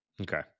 Okay